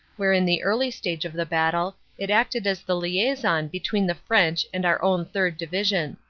where in the early stage of the battle it acted as the liason between the french and our own third division.